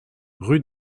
rue